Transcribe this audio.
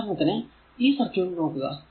ഉദാഹരണത്തിന് ഈ സർക്യൂട് നോക്കുക